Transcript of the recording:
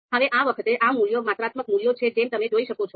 હવે આ વખતે આ મૂલ્યો માત્રાત્મક મૂલ્યો છે જેમ તમે જોઈ શકો છો